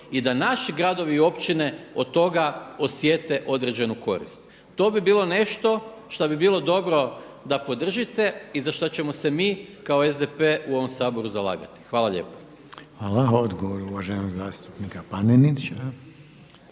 i da naši gradovi i općine od toga osjete određenu korist. To bi bilo nešto šta bi bilo dobro da podržite i za šta ćemo se mi kao SDP u ovom Saboru zalagati. Hvala lijepo. **Reiner, Željko (HDZ)** Hvala. Odgovor uvaženog zastupnika